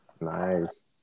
Nice